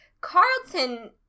Carlton